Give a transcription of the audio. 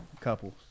couples